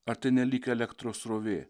ar nelyg elektros srovė